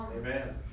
amen